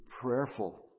prayerful